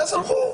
ואז אמרו: